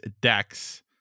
decks